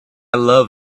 love